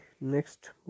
next